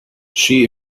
she